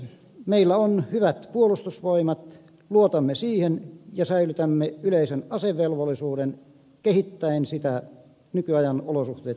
meillä on hyvät puolustusvoimat luotamme siihen ja säilytämme yleisen asevelvollisuuden kehittäen sitä nykyajan olosuhteita vastaavaksi